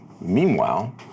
Meanwhile